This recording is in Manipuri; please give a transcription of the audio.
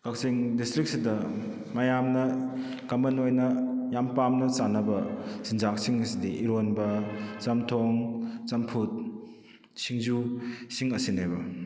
ꯀꯛꯆꯤꯡ ꯗꯤꯁꯇ꯭ꯔꯤꯛꯁꯤꯗ ꯃꯌꯥꯝꯅ ꯀꯃꯟ ꯑꯣꯏꯅ ꯌꯥꯝ ꯄꯥꯝꯅ ꯆꯥꯅꯕ ꯆꯤꯟꯖꯥꯛꯁꯤꯡ ꯑꯁꯤꯗꯤ ꯏꯔꯣꯟꯕ ꯆꯝꯊꯣꯡ ꯆꯝꯐꯨꯠ ꯁꯤꯡꯖꯨꯁꯤꯡ ꯑꯁꯤꯅꯦꯕ